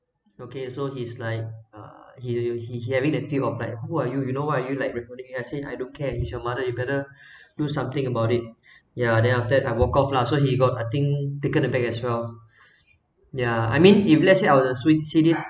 okay so he's like uh he he he having the attitude of like who are you you know what are you like reporting I say I don't care it's your mother you better do something about it ya then after that I walk off lah so he got I think taken back as well yeah I mean if let's say I was se~ serious